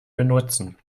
benutzen